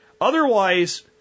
Otherwise